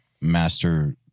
master